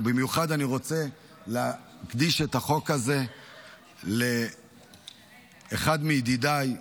ובמיוחד אני רוצה להקדיש את החוק הזה לאחד מידידיי,